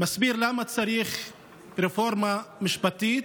מסביר למה צריך רפורמה משפטית,